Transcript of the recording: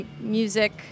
music